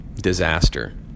disaster